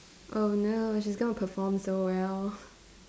oh no she's gonna perform so well